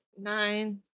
Nine